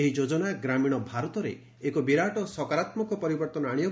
ଏହି ଯୋଜନା ଗ୍ରାମୀଣ ଭାରତରେ ଏକ ବିରାଟ ସକରାତ୍ମକ ପରିବର୍ତ୍ତନ ଆଣିବ